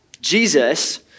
Jesus